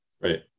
Right